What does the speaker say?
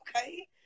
Okay